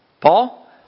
Paul